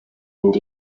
mynd